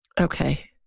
Okay